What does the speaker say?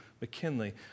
McKinley